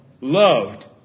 loved